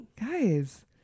guys